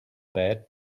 bad